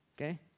Okay